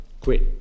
quit